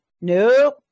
Nope